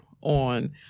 on